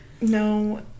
No